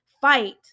fight